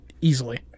easily